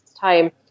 time